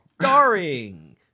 starring